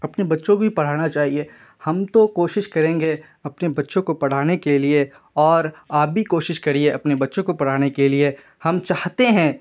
اپنے بچوں بھی پڑھانا چاہیے ہم تو کوشش کریں گے اپنے بچوں کو پڑھانے کے لیے اور آپ بھی کوشش کریے اپنے بچوں کو پڑھانے کے لیے ہم چاہتے ہیں